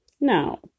Now